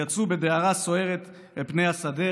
"ויצאו בדהרה סוערת על פני השדה,